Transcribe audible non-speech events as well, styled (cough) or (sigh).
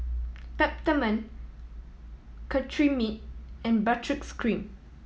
Peptamen Cetrimide and (unintelligible) cream